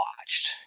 watched